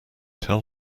tell